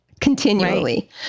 continually